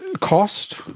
cost?